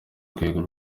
rwego